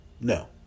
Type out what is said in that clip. No